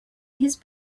his